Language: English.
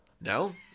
No